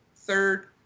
third